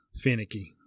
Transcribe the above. finicky